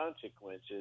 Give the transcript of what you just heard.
consequences